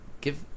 give